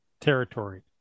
territory